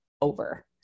over